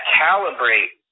calibrate